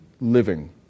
living